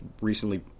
recently